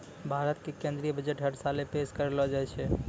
भारत के केन्द्रीय बजट हर साले पेश करलो जाय छै